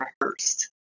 rehearsed